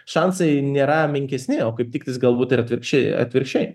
šansai nėra menkesni o kaip tiktais galbūt ir atvirkščiai atvirkščiai